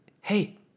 hey